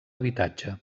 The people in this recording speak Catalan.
habitatge